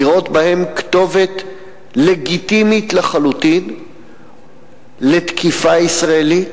לראות בהם כתובת לגיטימית לחלוטין לתקיפה ישראלית